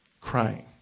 crying